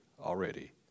already